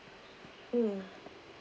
mm